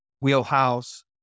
wheelhouse